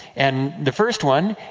and the first one,